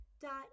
dot